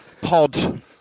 pod